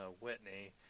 Whitney